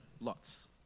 lots